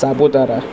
Saputara